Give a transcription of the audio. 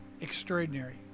extraordinary